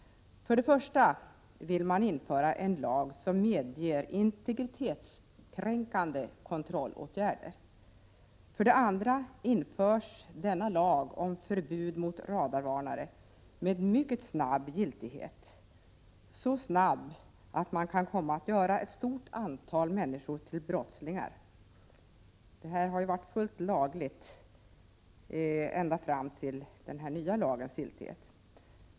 För det första införs en lag som medger integritetskränkande kontrollåtgärder. För det andra införs denna lag om förbud mot radarvarnare mycket snabbt — så snabbt att ett stort antal människor kan komma att göras till brottslingar. Detta innehav var ju fullt lagligt ända fram till den nya lagens giltighet.